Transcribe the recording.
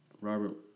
Robert